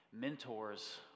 mentor's